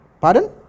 Pardon